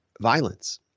violence